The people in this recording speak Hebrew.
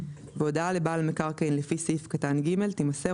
והודעה לבעל מקרקעין לפי סעיף קטן (ג) תימסר